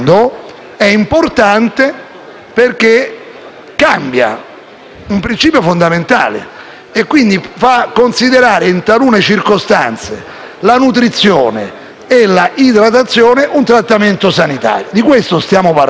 un principio fondamentale, considerando in talune circostanze la nutrizione e l'idratazione un trattamento sanitario. È di questo che stiamo parlando. Alcuni di noi non ritengono che ciò sia corretto;